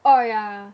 oh ya